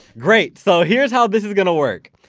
great. so here's how this is gonna work.